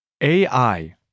AI